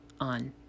on